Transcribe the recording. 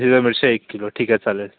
हिरव्या मिरच्या एक किलो ठीक आहे चालेल